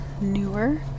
newer